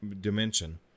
dimension